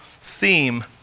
theme